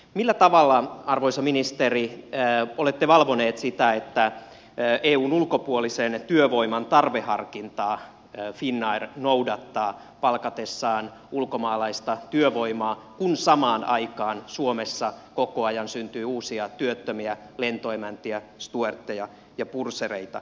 millä tavalla arvoisa ministeri olette valvonut sitä että eun ulkopuolisen työvoiman tarveharkintaa finnair noudattaa palkatessaan ulkomaalaista työvoimaa kun samaan aikaan suomessa koko ajan syntyy uusia työttömiä lentoemäntiä stuertteja ja pursereita